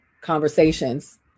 conversations